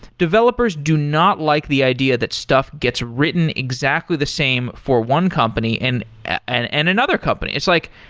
developers do not like the idea that stuff gets written exactly the same for one company and and and another company. it's like,